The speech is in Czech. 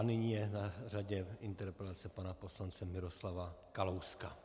Nyní je na řadě interpelace pana poslance Miroslava Kalouska.